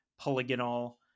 polygonal